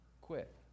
quit